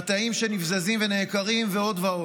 מטעים שנבזזים ונעקרים ועוד.